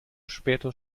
später